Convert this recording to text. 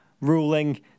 ruling